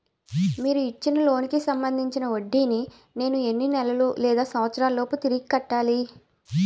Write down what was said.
మీరు ఇచ్చిన లోన్ కి సంబందించిన వడ్డీని నేను ఎన్ని నెలలు లేదా సంవత్సరాలలోపు తిరిగి కట్టాలి?